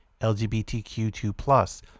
LGBTQ2+